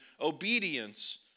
obedience